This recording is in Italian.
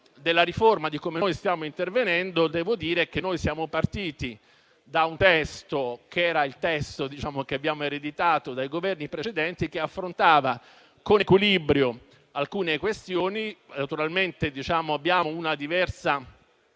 della riforma e quindi di come noi stiamo intervenendo, devo dire che siamo partiti da un testo che abbiamo ereditato dai Governi precedenti e che affrontava con equilibrio alcune questioni; naturalmente abbiamo una diversa